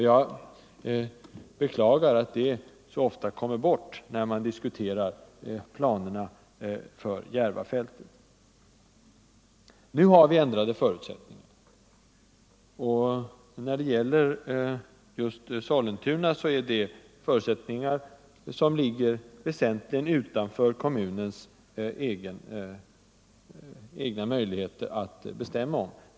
Jag beklagar att den så ofta kommer bort när man diskuterar planerna för Järvafältet. Förutsättningarna har nu ändrats. När det gäller Sollentuna är det fråga om förhållanden, som kommunen inte har haft möjligheter att påverka.